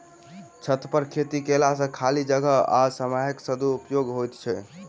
छतपर खेती कयला सॅ खाली जगह आ समयक सदुपयोग होइत छै